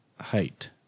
height